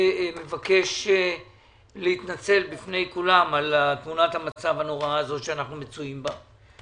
מבקש להתנצל בפני כולם על תמונת המצב הנוראה הזאת שאנחנו מצויים בה,